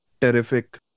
terrific